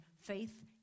faith